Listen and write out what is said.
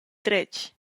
dretg